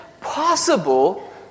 possible